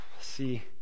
See